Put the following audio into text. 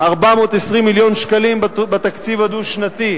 420 מיליון שקלים בתקציב הדו-שנתי.